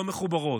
לא מחוברות,